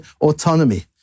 autonomy